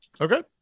Okay